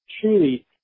truly